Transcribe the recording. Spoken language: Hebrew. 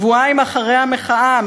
שבועיים אחרי המחאה,